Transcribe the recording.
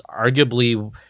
arguably